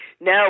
No